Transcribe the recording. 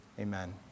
amen